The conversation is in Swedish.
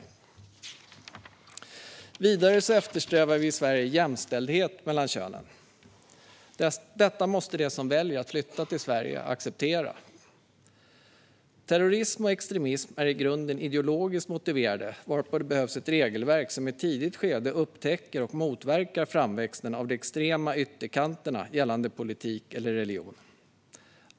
Vidare eftersträvar vi i Sverige jämställdhet mellan könen. Detta måste de som väljer att flytta till Sverige acceptera. Terrorism och extremism är i grunden ideologiskt motiverade. Det behövs ett regelverk som i ett tidigt skede upptäcker och motverkar framväxten av de extrema ytterkanterna i politik eller religion.